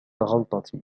غلطتي